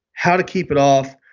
how to keep it off,